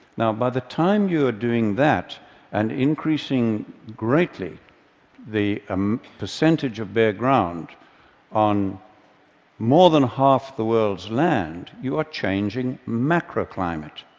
now, by the time you are doing that and increasing greatly the um percentage of bare ground on more than half the world's land, you are changing macroclimate.